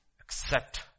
Accept